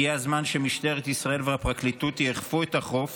הגיע הזמן שמשטרת ישראל והפרקליטות יאכפו את החוק